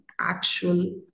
actual